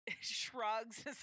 shrugs